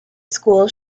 school